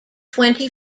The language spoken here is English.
twenty